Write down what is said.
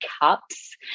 cups